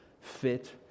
fit